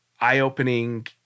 eye-opening